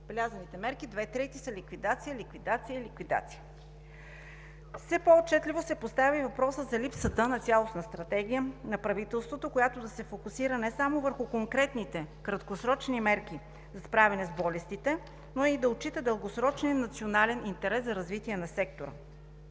набелязаните мерки са: ликвидация, ликвидация, ликвидация. Все по-отчетливо се поставя и въпросът за липсата на цялостна стратегия на правителството, която да се фокусира не само върху конкретните краткосрочни мерки за справяне с болестите, но и да отчита дългосрочния национален интерес за развитие на сектора.